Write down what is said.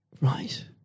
Right